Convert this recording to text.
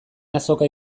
azoka